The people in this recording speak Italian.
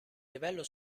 livello